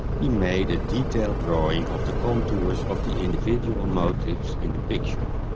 he made a detailed drawing of the contours of the individual motifs in the picture.